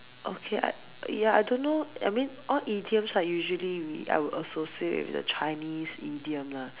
okay I ya I don't know I mean all idioms are usually we I will associate with the Chinese idiom lah